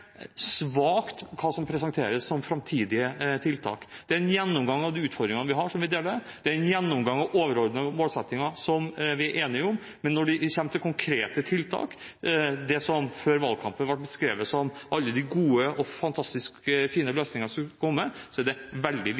svakt. Det er en gjennomgang av de utfordringene vi har, som vi deler, det er en gjennomgang av overordnede målsettinger, som vi er enige om, men når det kommer til konkrete tiltak – det som før valgkampen ble beskrevet som alle de gode og fantastisk fine løsningene som skulle komme – er det veldig